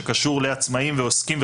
שקשור לעצמאים ועוסקים,